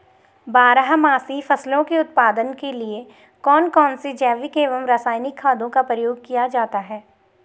बारहमासी फसलों के उत्पादन के लिए कौन कौन से जैविक एवं रासायनिक खादों का प्रयोग किया जाता है?